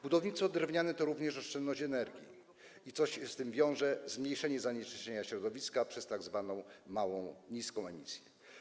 Budownictwo drewniane to również oszczędność energii i co się z tym wiąże - zmniejszenie zanieczyszczenia środowiska przez tzw. niską emisję.